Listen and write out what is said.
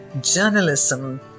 journalism